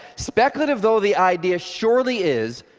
speculative though the idea surely is,